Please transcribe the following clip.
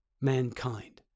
mankind